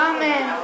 Amen